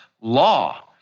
law